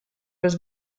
was